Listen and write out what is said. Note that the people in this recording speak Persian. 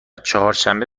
چهارشنبه